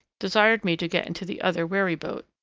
desired me to get into the other wherry-boat.